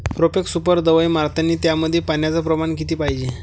Profex super दवाई मारतानी त्यामंदी पान्याचं प्रमाण किती पायजे?